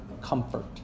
comfort